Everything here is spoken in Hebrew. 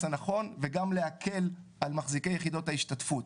הנכון וגם להקל על מחזיקי יחידות ההשתתפות.